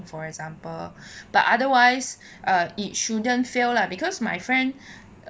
for example but otherwise uh it shouldn't fail lah because my friend